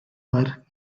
were